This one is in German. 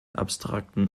abstrakten